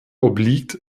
obliegt